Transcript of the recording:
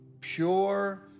pure